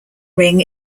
ring